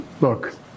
Look